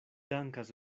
dankas